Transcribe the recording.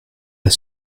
pas